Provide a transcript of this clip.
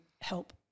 help